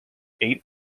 eight